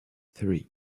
three